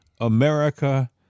America